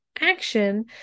action